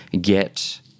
get